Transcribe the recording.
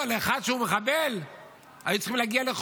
אבל אתה מפריע עכשיו לשר.